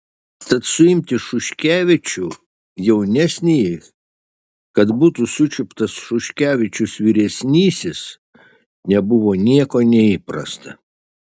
tad suimti šuškevičių jaunesnįjį kad būtų sučiuptas šuškevičius vyresnysis nebuvo nieko neįprasta